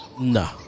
No